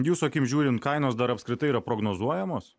jūsų akim žiūrint kainos dar apskritai yra prognozuojamos